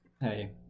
hey